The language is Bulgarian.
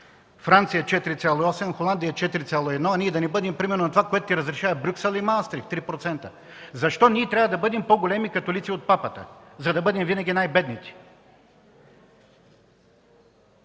Франция 4,8, Холандия 4,1, а ние да не бъдем примерно на това, което разрешават Брюксел и Маастрихт – 3%, защо трябва да бъдем по-големи католици от папата, за да бъдем винаги най-бедните!